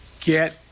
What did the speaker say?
Get